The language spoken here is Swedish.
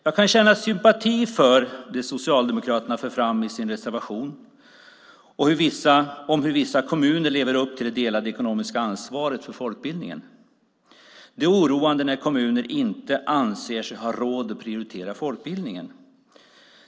Jag kan känna sympati för det som Socialdemokraterna för fram i sin reservation om hur vissa kommuner lever upp till det delade ekonomiska ansvaret för folkbildningen. Det är oroande när kommuner inte anser sig ha råd att prioritera folkbildningen.